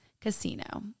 Casino